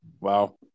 Wow